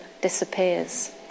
disappears